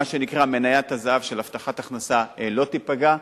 מה שנקרא "מניית הזהב" של הבטחת הכנסה לא תיפגע.